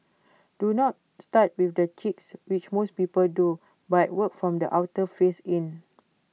do not start with the cheeks which most people do but work from the outer face in